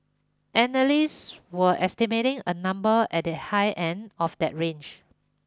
analysts were estimating a number at the high end of that range